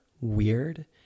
weird